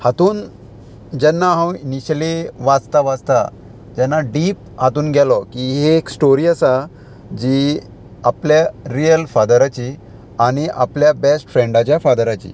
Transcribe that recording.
हातून जेन्ना हांव इनिशली वाचता वाचता तेन्ना डीप हातून गेलो की ही एक स्टोरी आसा जी आपल्या रियल फादराची आनी आपल्या बेस्ट फ्रेंडाच्या फादराची